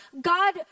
God